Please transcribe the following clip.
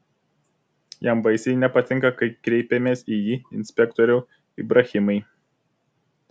jam baisiai nepatinka kai kreipiamės į jį inspektoriau ibrahimai